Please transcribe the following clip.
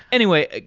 anyway,